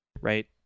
right